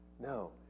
No